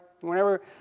Whenever